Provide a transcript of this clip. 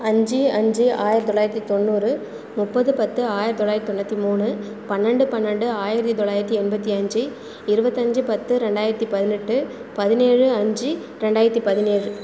அஞ்சு அஞ்சு ஆயிரத்து தொள்ளாயிரத்து தொண்ணூறு முப்பது பத்து ஆயிரத்து தொள்ளாயிரத்து தொண்ணூற்றி மூணு பன்னெண்டு பன்னெண்டு ஆயிரத்து தொள்ளாயிரத்து எண்பத்து அஞ்சு இருபத்தஞ்சி பத்து ரெண்டாயிரத்து பதினெட்டு பதினேழு அஞ்சு ரெண்டாயிரத்து பதினேழு